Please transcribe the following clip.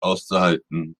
auszuhalten